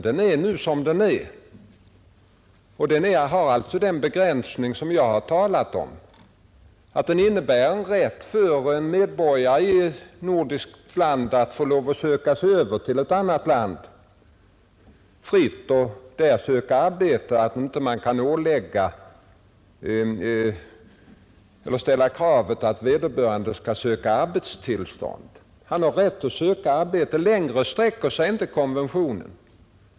Den är som den är och har alltså den begränsning som jag talat om — den innebär en rätt för medborgare i ett nordiskt land att bege sig till ett annat nordiskt land och där fritt söka arbete. Man kan alltså inte uppställa kravet att vederbörande skall söka arbetstillstånd, utan medborgarna har rätt att bara söka arbete. Längre sträcker sig inte konventionen.